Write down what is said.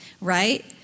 right